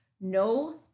No